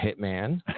hitman